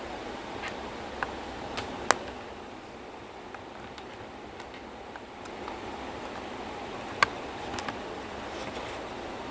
மீன்:meen curry பிடிக்கும் ஆனா:pidikum aanaa but the thing is !alamak! I want to eat mutton today because like ya it's been awhile since I ate mutton so it's like mutton வாங்குவோம்:vaanguvom